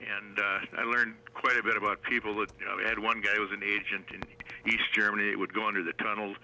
and i learned quite a bit about people that we had one guy was an agent in east germany would go under the tunnels